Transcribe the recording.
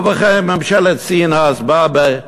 ובכן, ממשלת סין באה אז